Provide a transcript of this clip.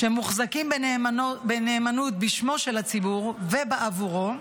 שמוחזקים בנאמנות בשמו של הציבור ובעבורו,